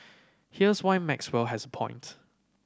here's why Maxwell has a point